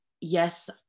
yes